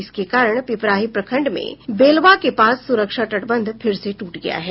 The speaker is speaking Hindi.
इसके कारण पिपराही प्रखंड में बेलवा के पास सुरक्षा तटबंध फिर से टूट गया है